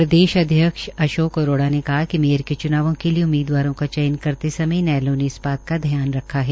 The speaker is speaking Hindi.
प्रदेशाध्यक्ष अशोक अरोड़ा ने कहा कि मेयर के च्नावों के लिए उम्मीदवारों का चयन करते समय इनेलो ने इस बात का ध्यान रखा है